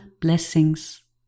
blessings